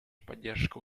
поддержка